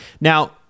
Now